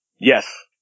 Yes